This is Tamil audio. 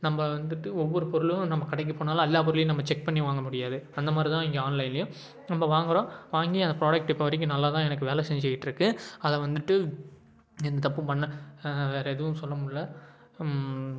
நம்ப வந்துட்டு ஒவ்வொரு பொருளும் நம்ம கடைக்கு போனாலும் எல்லா பொருளையும் நம்ம செக் பண்ணி வாங்க முடியாது அந்த மாதிரி தான் இங்கே ஆன்லைன்லையும் நம்ப வாங்குகிறோம் வாங்கி அந்த ப்ராடக்ட் இப்போ வரைக்கும் நல்லாதான் எனக்கு வேலை செஞ்சுகிட்ருக்கு அதை வந்துட்டு எந்த தப்பும் பண்ண வேறு எதுவும் சொல்லமுடில்ல